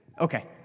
Okay